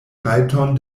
rajton